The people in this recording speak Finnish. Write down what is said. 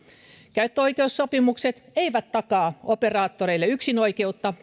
käyttöoikeussopimukset eivät takaa operaattoreille yksinoikeutta